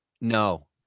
No